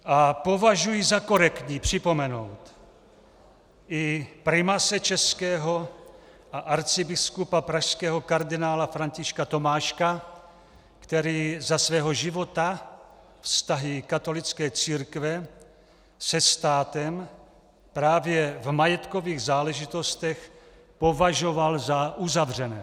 A považuji za korektní připomenout i primase českého a arcibiskupa pražského kardinála Františka Tomáška, který za svého života vztahy katolické církve se státem, právě v majetkových záležitostech považoval za uzavřené.